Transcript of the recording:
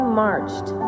marched